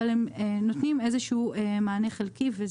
אבל הם נותנים איזשהו מענה חלקי.